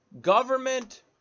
government